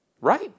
Right